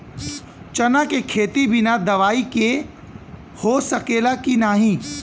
चना के खेती बिना दवाई के हो सकेला की नाही?